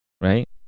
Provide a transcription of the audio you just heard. Right